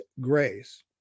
grace